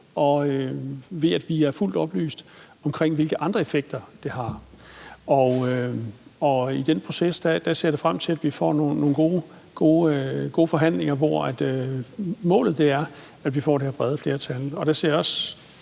ved at vi har fuldt oplyst om, hvilke andre effekter det har. I den proces ser jeg da frem til at vi får nogle gode forhandlinger, hvor målet er, at vi får det her brede flertal. De signaler, jeg hører